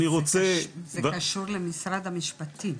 זה קשור למשרד המשפטים.